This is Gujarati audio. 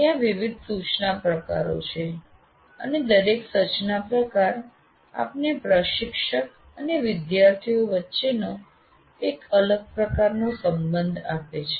ત્યાં વિવિધ સૂચના પ્રકારો છે અને દરેક સૂચના પ્રકાર આપને પ્રશિક્ષક અને વિદ્યાર્થીઓ વચ્ચેનો એક અલગ પ્રકારનો સંબંધ આપે છે